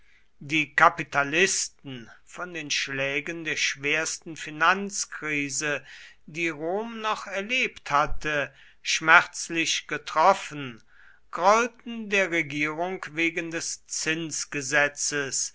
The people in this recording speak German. die kapitalisten von den schlägen der schwersten finanzkrise die rom noch erlebt hatte schmerzlich getroffen grollten der regierung wegen des zinsgesetzes